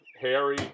Harry